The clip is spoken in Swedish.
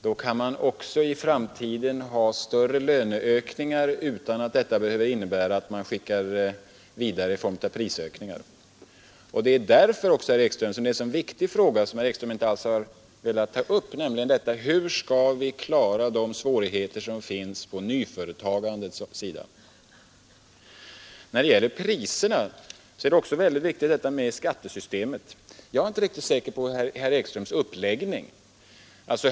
Då kan man också i framtiden medge större löneökningar utan att detta behöver innebära att man skickar kostnaden för dem vidare i form av prisökningar. Det är också därför, herr Ekström, som det är en så viktig fråga — som herr Ekström inte alls har velat ta upp — hur vi skall klara de svårigheter som finns på nyföretagandets sida. När det gäller priserna är skattesystemet också väldigt viktigt. Jag är inte riktigt säker på herr Ekströms uppläggning.